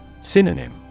Synonym